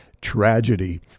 Tragedy